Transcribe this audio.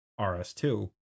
RS2